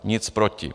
Nic proti.